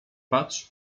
patrz